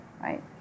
right